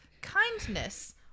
kindness